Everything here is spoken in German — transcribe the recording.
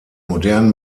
modernen